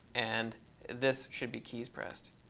and this should be keys pressed.